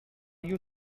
you